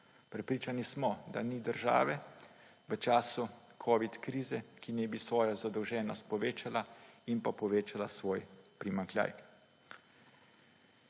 Prepričani smo, da ni države v času covid krize, ki ne bi svoje zadolženosti povečala in pa povečala svoj primanjkljaj.